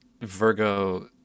virgo